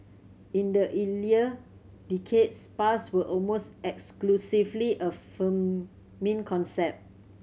in the decades spas were almost exclusively a concept